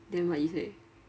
then what you say